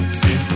see